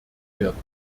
werden